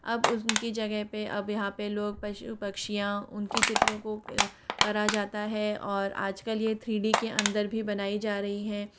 अब उन की जगह पर अब यहाँ पर लोग पशु पक्षियों उन की चित्रों को करा जाता है और आज कल ये थ्री डी के अंदर भी बनाई जा रही हैं